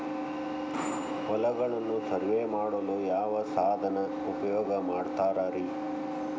ಹೊಲಗಳನ್ನು ಸರ್ವೇ ಮಾಡಲು ಯಾವ ಸಾಧನ ಉಪಯೋಗ ಮಾಡ್ತಾರ ರಿ?